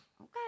okay